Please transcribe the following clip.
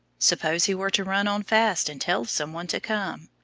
suppose he were to run on fast and tell some one to come.